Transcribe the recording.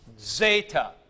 zeta